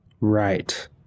right